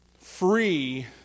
free